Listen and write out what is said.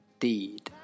deed